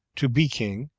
to be king,